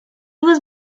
was